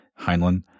Heinlein